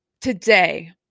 Today